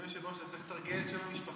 אדוני היושב-ראש, אתה צריך לתרגל את שם המשפחה.